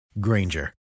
Granger